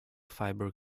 fiber